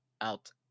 out